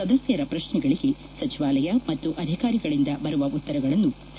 ಸದಸ್ಯರ ಶ್ರಶ್ನೆಗಳಿಗೆ ಸಚಿವಾಲಯ ಮತ್ತು ಅಧಿಕಾರಿಗಳಿಂದ ಬರುವ ಉತ್ತರಗಳನ್ನು ಸಿ